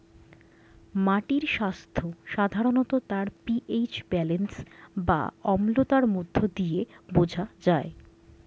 মাটির স্বাস্থ্য সাধারণত তার পি.এইচ ব্যালেন্স বা অম্লতার মধ্য দিয়ে বোঝা যায়